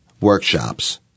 workshops